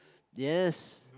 yes